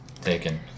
Taken